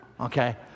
okay